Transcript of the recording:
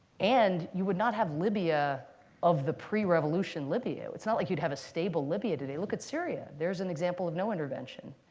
and you would not have libya of the pre-revolution libya. it's not like you'd have a stable libya today. look at syria. there's an example of no intervention.